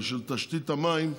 ושל תשתית המים,